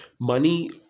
Money